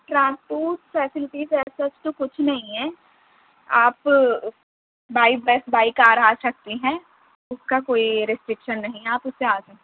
transport facilities ایسا تو کچھ نہیں ہے آپ بائی بس بائی کار آ سکتی ہیں اس کا کوئی رسٹیکشن نہیں آپ اس سے آ سکتی ہیں